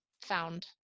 found